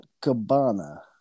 Cabana